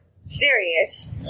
serious